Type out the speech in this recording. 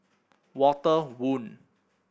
Walter Woon